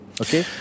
Okay